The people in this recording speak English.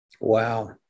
Wow